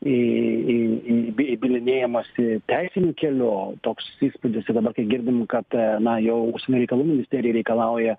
į į į by bylinėjamąsi teisiniu keliu toks įspūdis ir dabar kai girdim kad na jau užsienio reikalų ministerija reikalauja